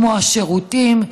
כמו השירותים.